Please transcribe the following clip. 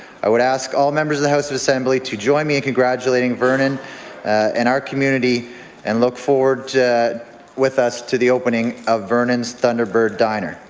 i would ask all members of the house of assembly to join me in congratulating vernon and our community and look forward with us to the opening of vernon's thunderbird diner.